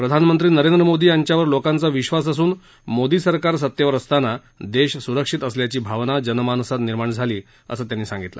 प्रधानमंत्री नरेंद्र मोदी यांच्यावर लोकांचा विश्वास असून मोदी सरकार सत्तेत असताना देश सुरक्षित असल्याची भावना जनमानसात निर्माण झाली असल्याचं त्यांनी सांगितलं